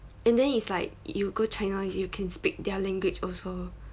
and then it's like you go china you can speak their language also